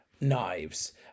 knives